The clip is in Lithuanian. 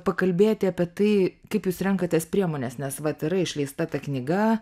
pakalbėti apie tai kaip jūs renkatės priemones nes vat yra išleista ta knyga